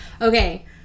Okay